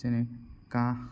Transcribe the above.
যেনে কাহ